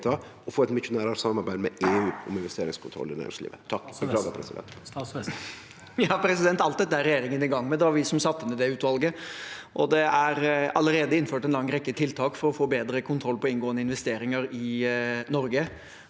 og få eit mykje nærare samarbeid med EU om investeringskontroll i næringslivet? Statsråd Jan Christian Vestre Alt dette er regjeringen i gang med. Det var vi som satte ned det utvalget, og det er allerede innført en lang rekke tiltak for å få bedre kontroll på inngående investeringer i Norge.